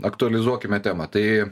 aktualizuokime temą tai